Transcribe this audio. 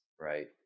right